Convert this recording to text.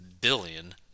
billion